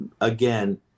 again